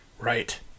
Right